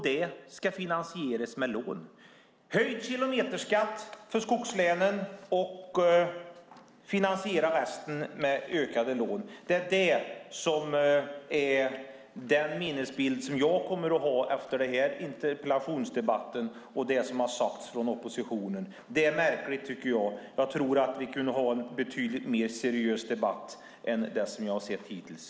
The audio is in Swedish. Den ska finansieras med lån. Höjd kilometerskatt för skogslänen och resten finansieras med ökade lån. Det är det som är den minnesbild som jag kommer att ha efter den här interpellationsdebatten och det som har sagts av oppositionen. Det är märkligt, tycker jag. Jag tror att vi kunde ha en betydligt mer seriös debatt än den vi har hört hittills.